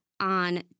on